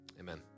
amen